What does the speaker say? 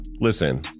Listen